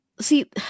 see